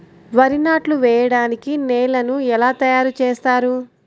వరి నాట్లు వేయటానికి నేలను ఎలా తయారు చేస్తారు?